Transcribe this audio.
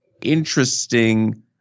interesting